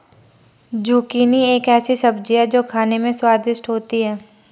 zucchini एक ऐसी सब्जी है जो खाने में स्वादिष्ट होती है